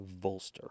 Volster